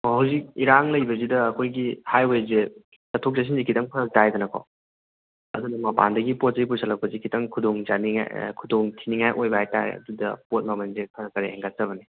ꯑꯣ ꯍꯧꯖꯤꯛ ꯏꯔꯥꯡ ꯂꯩꯕꯁꯤꯗ ꯑꯩꯈꯣꯏꯒꯤ ꯍꯥꯏꯋꯦꯁꯦ ꯆꯠꯊꯣꯛ ꯆꯠꯁꯤꯟꯁꯦ ꯈꯤꯇꯪ ꯐꯔꯛ ꯇꯥꯏꯗꯅꯀꯣ ꯑꯗꯨꯗꯨꯅ ꯃꯄꯥꯟꯗꯒꯤ ꯄꯣꯠꯆꯩ ꯄꯨꯁꯜꯂꯛꯄꯁꯦ ꯈꯤꯇꯪ ꯈꯨꯗꯣꯡ ꯆꯥꯅꯤꯡꯉꯥꯏ ꯈꯨꯗꯣꯡ ꯊꯤꯅꯤꯡꯉꯥꯏ ꯑꯣꯏꯕ ꯍꯥꯏꯇꯥꯔꯦ ꯑꯗꯨꯗ ꯄꯣꯠ ꯃꯃꯟꯁꯦ ꯈꯔ ꯈꯔ ꯍꯦꯟꯒꯠꯆꯕꯅꯦ